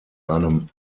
einem